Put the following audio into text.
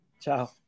Ciao